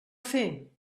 fer